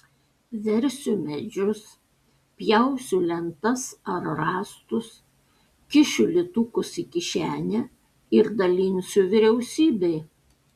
versiu medžius pjausiu lentas ar rąstus kišiu litukus į kišenę ir dalinsiu vyriausybei